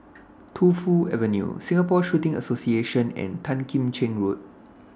Tu Fu Avenue Singapore Shooting Association and Tan Kim Cheng Road